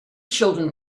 children